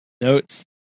notes